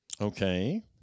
Okay